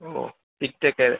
ഓ പിറ്റത്തേത്